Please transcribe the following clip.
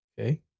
Okay